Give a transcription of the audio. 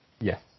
Yes